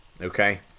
okay